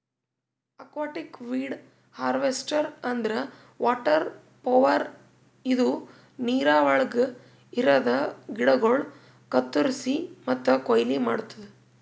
aquatic weed harvester ಅಂದ್ರ water mower ಇದು ನೀರವಳಗ್ ಇರದ ಗಿಡಗೋಳು ಕತ್ತುರಸಿ ಮತ್ತ ಕೊಯ್ಲಿ ಮಾಡ್ತುದ